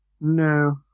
No